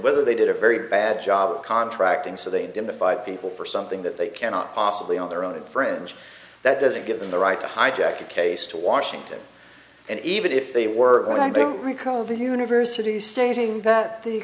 whether they did a very bad job or contracting so they didn't invite people for something that they cannot possibly on their own friends that doesn't give them the right to hijack a case to washington and even if they were i don't recall the universities stating that the